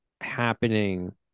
happening